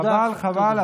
חבל, חבל.